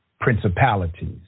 principalities